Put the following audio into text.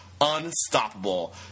unstoppable